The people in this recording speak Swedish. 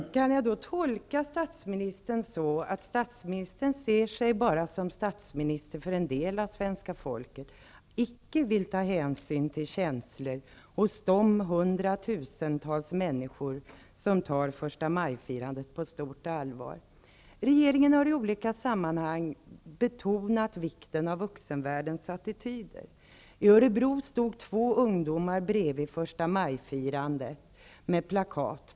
Herr talman! Kan jag då tolka statsministern så att statsministern ser sig som statsminister för bara en del av svenska folket och icke vill ta hänsyn till känslor hos de hundratusentals människor som tar förstamajfirandet på stort allvar? Regeringen har i olika sammanhang betonat vikten av vuxenvärldens attityder. I Örebro stod två ungdomar med plakat bredvid de som firade första maj.